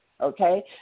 okay